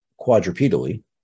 quadrupedally